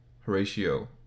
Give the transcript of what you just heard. Horatio